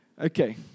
Okay